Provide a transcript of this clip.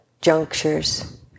junctures